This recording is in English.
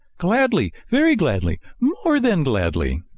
gladly, very gladly, more than gladly!